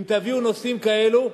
אם תביאו נושאים כאלו,